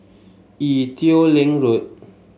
Ee Teow Leng Road